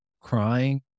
crying